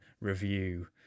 review